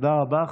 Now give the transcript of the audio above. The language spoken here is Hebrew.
תודה רבה.